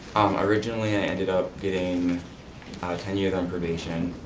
originally i ended up getting ten years on probation.